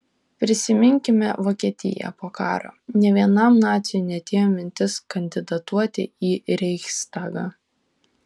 prisiminkime vokietiją po karo nė vienam naciui neatėjo mintis kandidatuoti į reichstagą